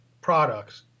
products